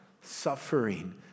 suffering